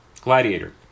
Gladiator